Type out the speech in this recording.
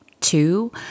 Two